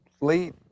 late